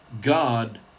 God